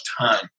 time